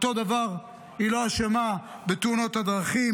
אותו דבר היא לא אשמה בתאונות הדרכים,